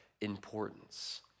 importance